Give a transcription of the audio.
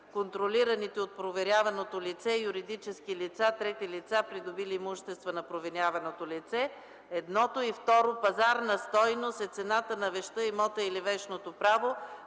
контролираните от проверяваното лице, юридически лица, трети лица, придобили имущество на проверяваното лице. 9. „Пазарна стойност” е цената на вещта, имота или вещното право,